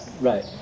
Right